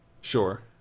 Sure